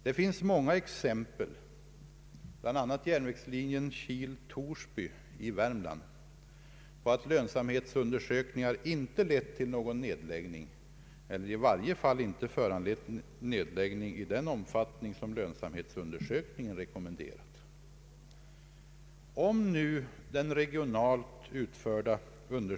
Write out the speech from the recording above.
Det finns många exempel — bl.a, järnvägslinjen Kil— Torsby i Värmland — på att lönsamhetsundersökningar inte har lett till någon nedläggning eller i varje fall inte har föranlett nedläggning i den omfattning som lönsamhetsundersökningen har rekommenderat.